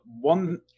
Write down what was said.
one